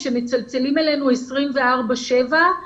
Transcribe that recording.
כשמצלצלים אלינו 24/7,